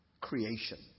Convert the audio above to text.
creation